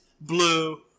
blue